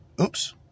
Oops